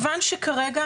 מכיוון שכרגע,